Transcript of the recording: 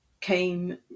came